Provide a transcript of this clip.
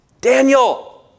Daniel